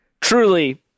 truly –